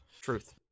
Truth